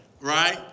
Right